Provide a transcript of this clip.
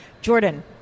Jordan